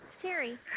Terry